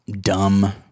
dumb